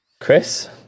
Chris